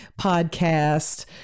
podcast